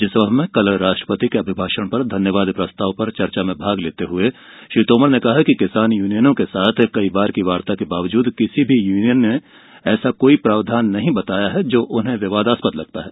राज्यसभा में कल राष्ट्रपति के अभिभाषण पर धन्यवाद प्रस्ताव पर चर्चा में भाग लेते हुए श्री तोमर ने कहा कि किसान यूनियनों के साथ कई बार की वार्ता के बावजूद किसी भी यूनियन ने ऐसा कोई प्रावधान नहीं बताया जो उन्हें विवादास्पद लगता है